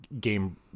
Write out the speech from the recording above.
game